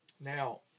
Now